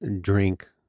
drink